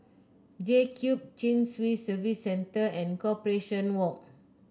JCube Chin Swee Service Centre and Corporation Walk